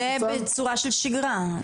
זה בצורה של שגרה.